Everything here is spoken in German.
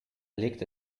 legte